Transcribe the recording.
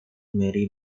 mary